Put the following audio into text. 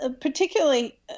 particularly